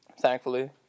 thankfully